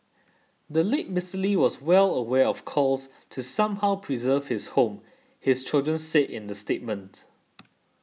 the late Mister Lee was well aware of calls to somehow preserve his home his children said in the statement